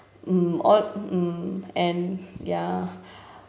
mm all mm and ya